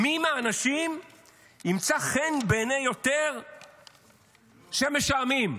מי מהאנשים ימצא חן יותר בעיני שמש העמים.